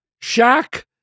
Shaq